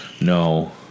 No